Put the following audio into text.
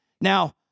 Now